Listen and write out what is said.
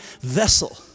vessel